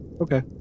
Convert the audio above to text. Okay